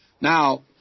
Now